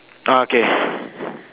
ah okay